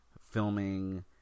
filming